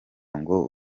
ngo